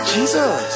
Jesus